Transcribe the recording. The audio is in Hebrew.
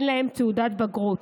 ואין להם תעודת בגרות,